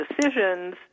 decisions